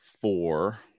four